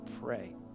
pray